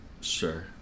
Sure